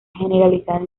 generalizado